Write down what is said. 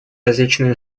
различные